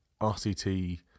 RCT